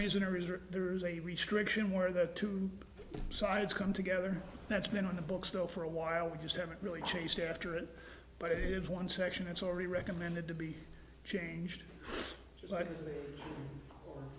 reason or is or there's a restriction where the two sides come together that's been on the books though for a while we just haven't really chased after it but one section is already recommended to be changed